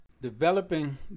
Developing